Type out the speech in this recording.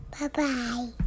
Bye-bye